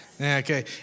Okay